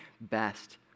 best